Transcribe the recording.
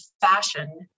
fashion